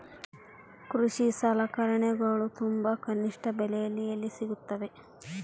ಕೃಷಿ ಸಲಕರಣಿಗಳು ತುಂಬಾ ಕನಿಷ್ಠ ಬೆಲೆಯಲ್ಲಿ ಎಲ್ಲಿ ಸಿಗುತ್ತವೆ?